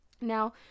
Now